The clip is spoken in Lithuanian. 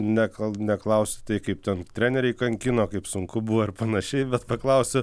nekal neklausiu tai kaip ten treneriai kankino kaip sunku buvo ir panašiai bet paklausiu